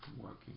working